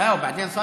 תודה רבה לך,